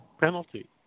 penalty